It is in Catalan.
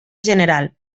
general